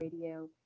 Radio